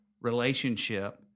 relationship